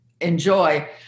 enjoy